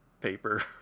paper